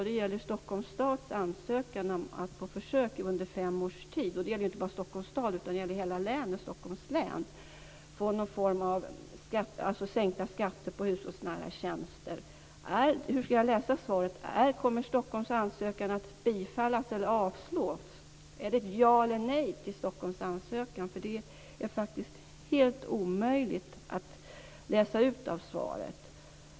Det gäller Stockholms stads ansökan om att på försök under fem års tid - och det gäller inte bara Stockholms stad utan det gäller hela Stockholms län - få någon form av sänkta skatter på hushållsnära tjänster. Hur skall jag läsa svaret? Kommer Stockholms ansökan att bifallas eller avslås? Är det ett ja eller ett nej till Stockholms ansökan? Det är faktiskt helt omöjligt att läsa ut av svaret.